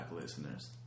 listeners